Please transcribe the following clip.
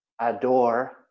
adore